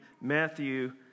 Matthew